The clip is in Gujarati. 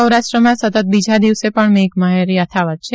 સૌરાષ્ટ્રમાં સતત બીજા દિવસે પણ મેઘમહેર યથાવત છે